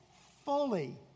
fully